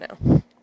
now